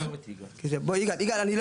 אני לא